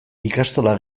ikastola